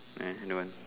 eh don't want